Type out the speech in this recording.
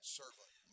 servant